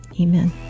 Amen